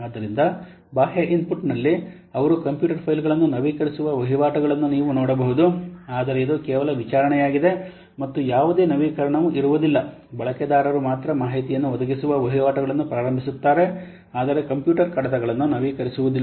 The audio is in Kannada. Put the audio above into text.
ಆದ್ದರಿಂದ ಬಾಹ್ಯ ಇನ್ಪುಟ್ನಲ್ಲಿ ಅವರು ಕಂಪ್ಯೂಟರ್ ಫೈಲ್ ಗಳನ್ನು ನವೀಕರಿಸುವ ವಹಿವಾಟುಗಳನ್ನು ನೀವು ನೋಡಬಹುದು ಆದರೆ ಇದು ಕೇವಲ ವಿಚಾರಣೆಯಾಗಿದೆ ಮತ್ತು ಯಾವುದೇ ನವೀಕರಣವು ಇರುವುದಿಲ್ಲ ಬಳಕೆದಾರರು ಮಾತ್ರ ಮಾಹಿತಿಯನ್ನು ಒದಗಿಸುವ ವಹಿವಾಟುಗಳನ್ನು ಪ್ರಾರಂಭಿಸುತ್ತಾರೆ ಆದರೆ ಕಂಪ್ಯೂಟರ್ ಕಡತಗಳನ್ನು ನವೀಕರಿಸುವುದಿಲ್ಲ